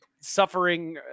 suffering